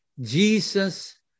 Jesus